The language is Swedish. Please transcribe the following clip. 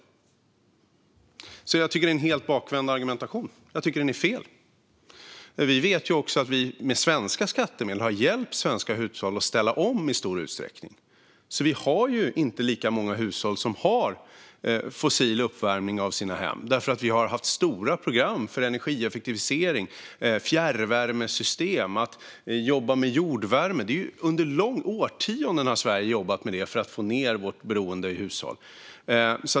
Jag tycker alltså att det är en helt bakvänd argumentation; jag tycker att den är fel. Vi vet också att vi med svenska skattemedel har hjälpt svenska hushåll att ställa om i stor utsträckning. Vi har inte lika många hushåll som har fossil uppvärmning av sina hem, för vi har haft stora program för energieffektivisering och fjärrvärmesystem och för att jobba med jordvärme. Under årtionden har Sverige jobbat med detta för att få ned hushållens fossilberoende.